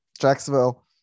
Jacksonville